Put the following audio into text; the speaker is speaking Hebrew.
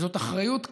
זאת אחריות כבדה.